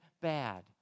bad